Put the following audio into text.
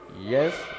Yes